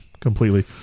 completely